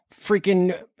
freaking